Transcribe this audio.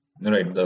right